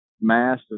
Mass